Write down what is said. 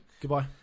Goodbye